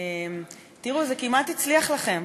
תודה, תראו, זה כמעט הצליח לכם.